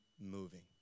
moving